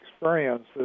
experiences